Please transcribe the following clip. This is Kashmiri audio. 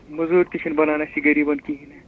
مُزوٗرۍ تہِ چھنہٕ بنان اَسہِ غریٖبَن کِہیٖنۍ نہٕ